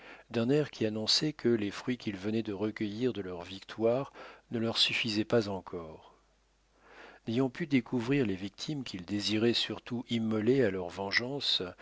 d'un air qui annonçait que les fruits qu'ils venaient de recueillir de leur victoire ne leur suffisaient pas encore n'ayant pu découvrir les victimes qu'ils désiraient surtout immoler à leur vengeance